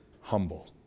humble